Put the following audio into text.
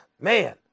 man